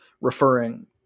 referring